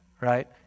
Right